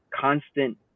constant